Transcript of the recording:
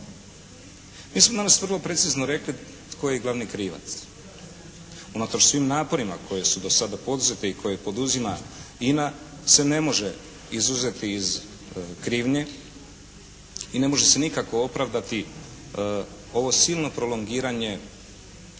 Mi smo danas vrlo precizno rekli tko je i glavni krivac. Unatoč svim naporima koji su do sada poduzeti i koje poduzima INA se ne može izuzeti iz krivnje i ne može se nikako opravdati ovo silno prolongiranje